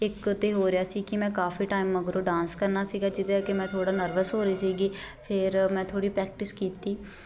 ਇੱਕ ਤਾਂ ਹੋ ਰਿਹਾ ਸੀ ਕਿ ਮੈਂ ਕਾਫੀ ਟਾਈਮ ਮਗਰੋਂ ਡਾਂਸ ਕਰਨਾ ਸੀਗਾ ਜਿਹਦੇ ਕਰਕੇ ਮੈਂ ਥੋੜ੍ਹਾ ਨਰਵਸ ਹੋ ਰਹੀ ਸੀਗੀ ਫਿਰ ਮੈਂ ਥੋੜ੍ਹੀ ਪ੍ਰੈਕਟਿਸ ਕੀਤੀ